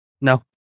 No